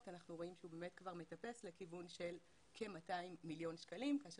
אנחנו רואים שהוא מטפס לכיוון של כ-200 מיליון שקלים כאשר